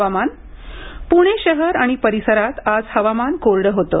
हवामान प्णे शहर आणि परिसरात आज हवामान कोरडं होतं